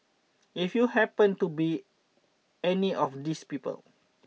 if you happened to be any of these people